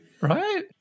Right